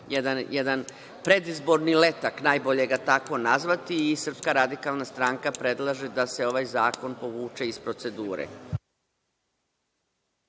jedan predizborni letak, najbolje ga tako nazvati i Srpska radikalna stranka predlaže da se ovaj zakon povuče iz procedure.